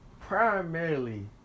Primarily